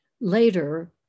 later